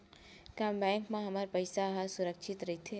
का बैंक म हमर पईसा ह सुरक्षित राइथे?